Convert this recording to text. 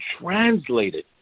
translated